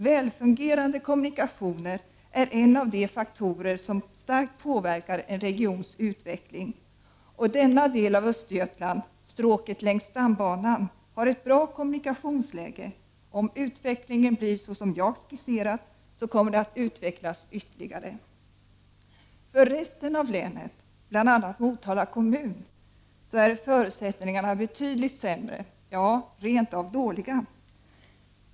Välfungerande kommunikationer är eh av de faktorer som starkt påverkar en regions utveckling. Och denna del av Östergötland, ”stråket längs stambanan”, har ett bra kommunikationsläge. Om utvecklingen blir såsom jag skisserat så kommer det att utvecklas ytterligare. För resten av länet, bl.a. Motala kommun, är förutsättningarna betydligt sämre, ja rent av dåliga.